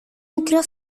μικρό